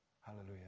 Hallelujah